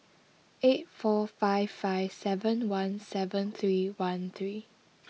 eight four five five seven one seven three one three